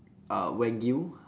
uh wagyu